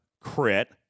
crit